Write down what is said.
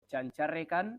txantxarrekan